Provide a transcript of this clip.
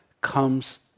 comes